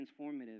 transformative